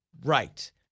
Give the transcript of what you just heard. Right